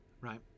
right